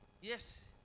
Yes